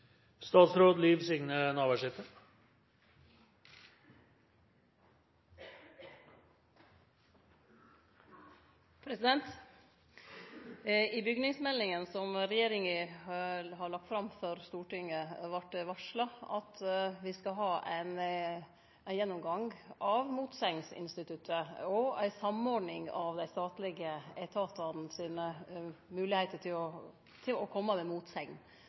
I bustadmeldinga som regjeringa har lagt fram for Stortinget, vart det varsla at me skal ha ein gjennomgang av motsegnsinstituttet og ei samordning av dei statlege etatane sine moglegheiter til å